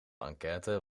enquête